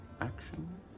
Action